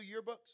yearbooks